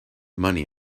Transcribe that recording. money